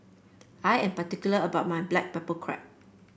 I am particular about my Black Pepper Crab